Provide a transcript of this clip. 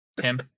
Tim